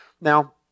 Now